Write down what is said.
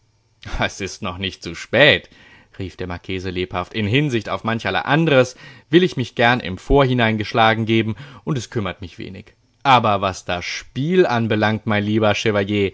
es ist noch nicht zu spät rief der marchese lebhaft in hinsicht auf mancherlei andres will ich mich gern im vorhinein geschlagen geben und es kümmert mich wenig aber was das spiel anbelangt mein lieber